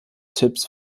tipps